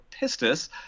pistis